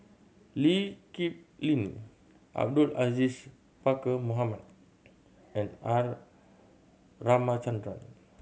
Lee Kip Lin Abdul Aziz Pakkeer Mohamed and R Ramachandran